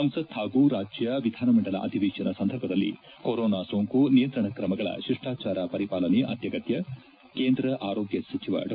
ಸಂಸತ್ ಹಾಗೂ ರಾಜ್ಯ ವಿಧಾನಮಂಡಲ ಅಧಿವೇಶನ ಸಂದರ್ಭದಲ್ಲಿ ಕೊರೋನಾ ಸೋಂಕು ನಿಯಂತ್ರಣ ಕ್ರಮಗಳ ಶಿಷ್ಟಾಚಾರ ಪರಿಪಾಲನೆ ಅತ್ಯಗತ್ಯ ಕೇಂದ್ರ ಆರೋಗ್ಯ ಸಚಿವ ಡಾ